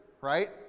right